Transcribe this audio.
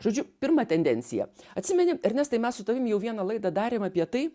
žodžiu pirma tendencija atsimeni ernestai mes su tavim jau vieną laidą darėm apie tai